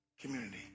community